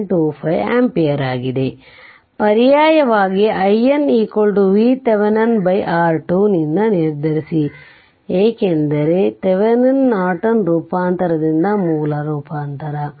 25 ampere ಆಗಿದೆ ಪರ್ಯಾಯವಾಗಿ in VThevenin R2 ನಿಂದ ನಿರ್ಧರಿಸಿ ಏಕೆಂದರೆ ಥೆವೆನಿನ್ ನಾರ್ಟನ್ ರೂಪಾಂತರದಿಂದ ಮೂಲ ರೂಪಾಂತರ